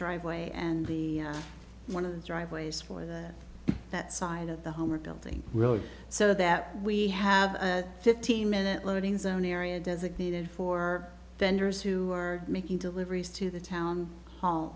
driveway and the one of the driveways for the that side of the home or building really so that we have a fifteen minute loading zone area designated for vendors who are making deliveries to the town hall